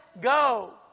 go